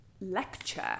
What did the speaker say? lecture